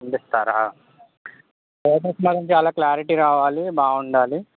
పంపిస్తారా ఫోటోస్ మాత్రం చాలా క్లారిటీ రావాలి బాగుండాలి